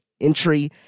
entry